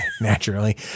Naturally